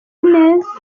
neza